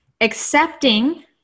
Accepting